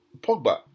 Pogba